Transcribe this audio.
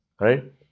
right